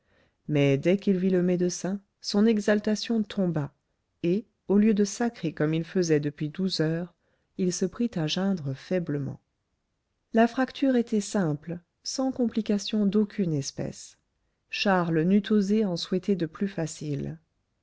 mais dès qu'il vit le médecin son exaltation tomba et au lieu de sacrer comme il faisait depuis douze heures il se prit à geindre faiblement la fracture était simple sans complication d'aucune espèce charles n'eût osé en souhaiter de plus facile